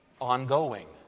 ongoing